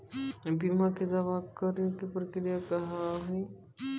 बीमा के दावा करे के प्रक्रिया का हाव हई?